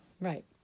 right